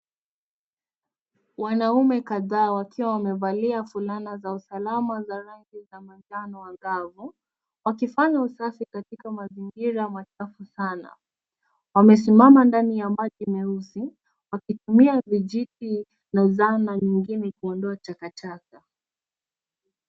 Wanaume kadhaa wakiwa wamevalia fulana za usalama za rangi za manjano angavu wakifanya usafi katika mazingira machafu sana. Wamesimama ndani ya maji meusi wakitumia vijiti na zana nyingine kuondoa takataka.